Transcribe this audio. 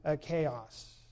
chaos